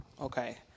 okay